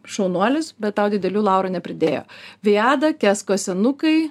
šaunuolis bet tau didelių laurų nepridėjo viada kesko senukai